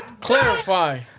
Clarify